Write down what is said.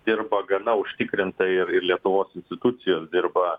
dirba gana užtikrintai ir ir lietuvos institucijos dirba